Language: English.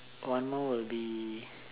one more will be